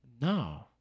No